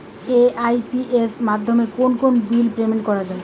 AEPS মাধ্যমে কোন কোন বিল পেমেন্ট করা যায়?